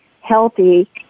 healthy